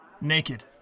naked